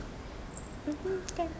mmhmm kan